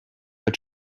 but